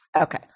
Okay